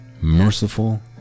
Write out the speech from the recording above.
merciful